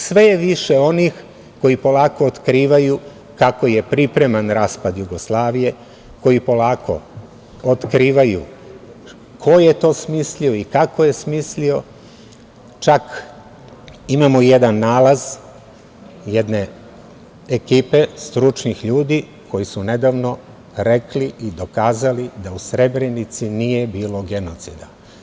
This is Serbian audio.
Sve je više onih koji polako otkrivaju kako je pripreman raspad Jugoslavije, koji polako otkrivaju ko je to smislio i kako je smislio, čak imamo i jedan nalaz jedne ekipe stručnih ljudi koji su nedavno rekli i dokazali da u Srebrenici nije bilo genocida.